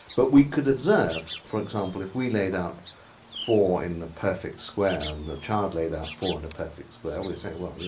but we could observe. for example, if we laid out four in a perfect square and the child laid out four in a perfect square we'd say, well,